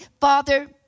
Father